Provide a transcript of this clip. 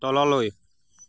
তললৈ